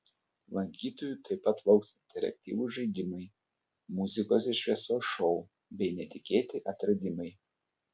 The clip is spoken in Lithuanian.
lankytojų taip pat lauks interaktyvūs žaidimai muzikos ir šviesos šou bei netikėti atradimai